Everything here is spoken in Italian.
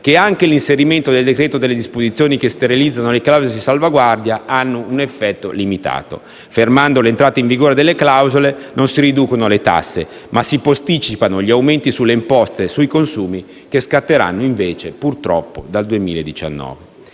che anche l'inserimento nel decreto-legge delle disposizioni che sterilizzano le clausole di salvaguardia hanno un effetto limitato. Fermando l'entrata in vigore delle clausole, non si riducono le tasse, ma si posticipano gli aumenti sulle imposte sui consumi, che scatteranno - purtroppo - dal 2019.